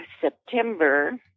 September